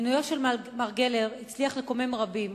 מינויו של מר גלר הצליח לקומם רבים,